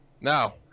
Now